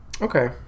Okay